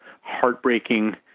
heartbreaking